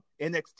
NXT